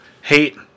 hate